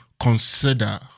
consider